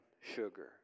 sugar